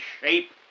shape